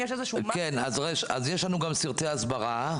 יש לנו גם כמה סרטי הסברה,